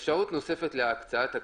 אפשרות נוספת להקצאת תקציב,